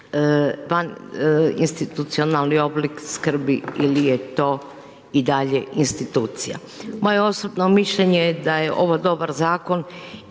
vaninstitucionalni oblik skrbi ili je to i dalje institucija. Moje osobno mišljenje je da je ovo dobar zakon